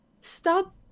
Stop